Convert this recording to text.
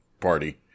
party